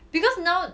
because now